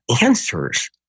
answers